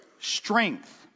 strength